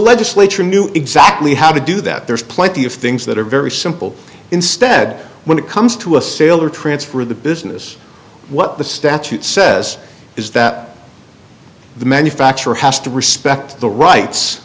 legislature knew exactly how to do that there's plenty of things that are very simple instead when it comes to a sale or transfer of the business what the statute says is that the manufacturer has to respect the rights